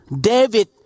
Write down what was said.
David